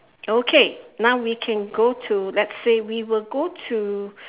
okay now we can go to let's say we will go to